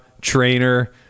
trainer